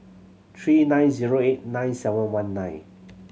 three nine zero eight nine seven one nine